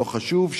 לא חשוב,